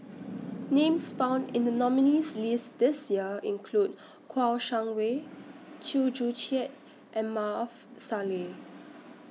Names found in The nominees' list This Year include Kouo Shang Wei Chew Joo Chiat and Maarof Salleh